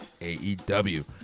AEW